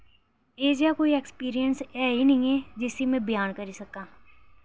एह् जेहा कोई एक्सपीरियंस है ही नि ऐ जिसी मैं ब्यान करी सकां